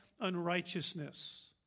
unrighteousness